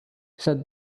said